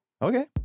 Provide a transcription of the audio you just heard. Okay